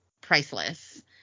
priceless